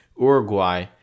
Uruguay